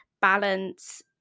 balance